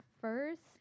first